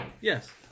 Yes